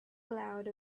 clouds